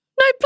No